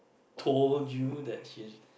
told you that she